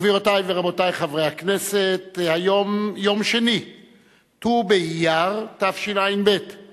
ישיבות שמ"ב שמ"ד / ט"ו י"ז באייר התשע"ב /